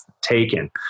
taken